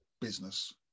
business